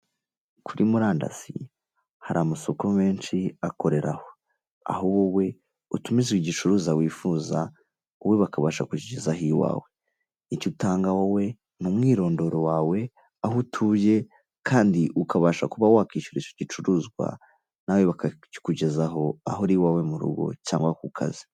Kuri murandasi hari amasoko menshi akoreraho aho wowe utumiza igicuruza wifuza wowe bakabasha kukigezaho iwawe icyo utanga wowe ni umwirondoro wawe aho utuye kandi ukabasha kuba wakwishyura icyo gicuruzwa nawe bakakikugezaho aho uri iwawe mu rugo cyangwa ku kazi.